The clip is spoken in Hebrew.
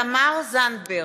תמר זנדברג,